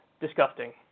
disgusting